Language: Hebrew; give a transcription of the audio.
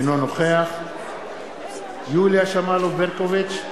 אינו נוכח יוליה שמאלוב-ברקוביץ,